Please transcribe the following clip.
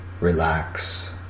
Relax